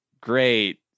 great